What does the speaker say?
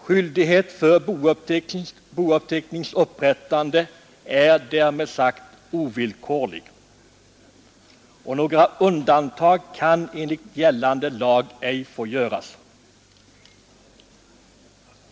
Skyldighet för boupptecknings upprättande är därmed sagt ovillkorligt, och några undantag kan enligt gällande lag ej få göras.